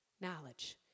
knowledge